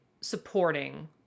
supporting